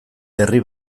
herri